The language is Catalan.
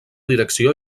direcció